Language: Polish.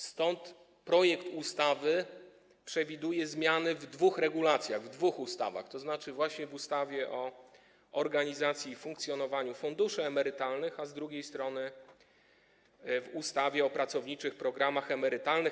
Stąd projekt ustawy przewiduje zmiany w dwóch regulacjach, w dwóch ustawach, tzn. właśnie w ustawie o organizacji i funkcjonowaniu funduszy emerytalnych, a z drugiej strony w ustawie o pracowniczych programach emerytalnych.